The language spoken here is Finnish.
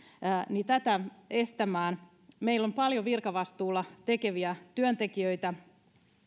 tätä pyritään estämään meillä on paljon virkavastuulla tekeviä työntekijöitä